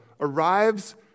arrives